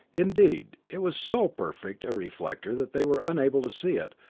indeed, it was so perfect a reflector that they were unable to see it,